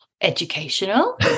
educational